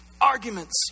arguments